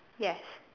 yes